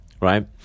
right